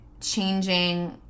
changing